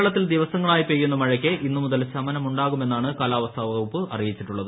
കേരളത്തിൽ ദിവസങ്ങളായി പെയ്യുന്ന മഴയ്ക്ക് ഇന്ന് മുതൽ ശമനമുണ്ടാകുമെന്നാണ് കാലാവസ്ഥ വകുപ്പ് അറിയിച്ചത്